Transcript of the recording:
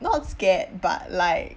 not scared but like